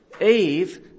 Eve